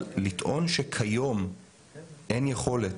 אבל לטעון שכיום אין יכולת